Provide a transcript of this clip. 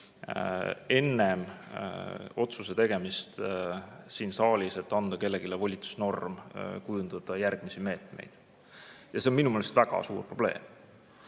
enne otsuse tegemist siin saalis süvitsi, et anda kellelegi volitusnorm kujundada järgmisi meetmeid. See on minu meelest väga suur probleem.